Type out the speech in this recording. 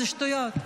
זה שטויות,